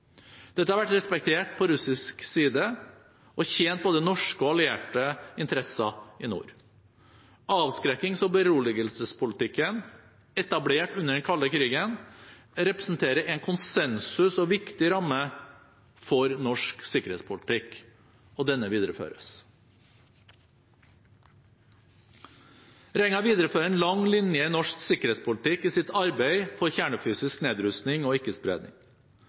Dette har vært respektert på russisk side og tjent både norske og allierte interesser i nord. Avskrekkings- og beroligelsespolitikken, etablert under den kalde krigen, representerer en konsensus og viktig ramme for norsk sikkerhetspolitikk. Denne videreføres. Regjeringen viderefører en lang linje i norsk sikkerhetspolitikk i sitt arbeid for kjernefysisk nedrustning og